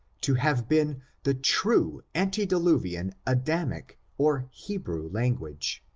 to have been the true ante diluvian adamic or hebrew language.